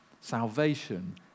Salvation